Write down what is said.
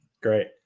great